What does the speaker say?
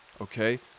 Okay